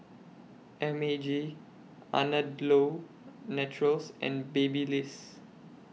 M A G Andalou Naturals and Babyliss